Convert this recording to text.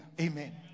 Amen